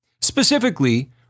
Specifically